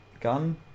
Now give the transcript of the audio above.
gun